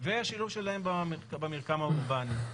והשילוב שלהם במרקם האורבני,